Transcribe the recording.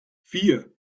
vier